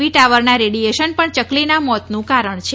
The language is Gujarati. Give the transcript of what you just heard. વી ટાવરના રેડિએશન પણ ચકલીના મોતનું કારણ છે